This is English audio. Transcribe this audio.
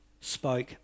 spoke